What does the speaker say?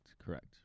correct